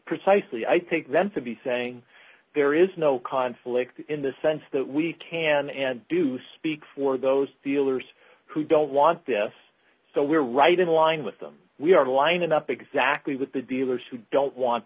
precisely i think then to be saying there is no conflict in the sense that we can and do speak for those dealers who don't want them so we're right in line with them we are lining up exactly with the dealers who don't want